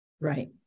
Right